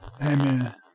Amen